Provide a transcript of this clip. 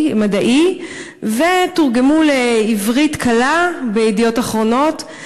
מדעי ותורגמו לעברית קלה ב"ידיעות אחרונות".